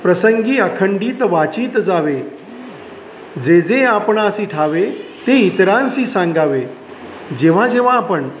प्रसंगी अखंडित वाचीत जावे जे जे आपणासी ठावे ते इतरांसी सांगावे जेव्हा जेव्हा आपण